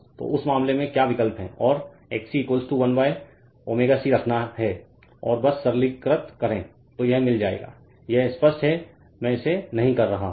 तो उस मामले में क्या विकल्प है और XC 1 ω C रखना है और बस सरलीकृत करें तो यह मिल जायेगा यह स्पष्ट है मै इसे नहीं कर रहा हूँ